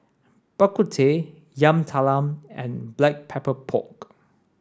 Bak Kut Teh Yam Talam and black pepper pork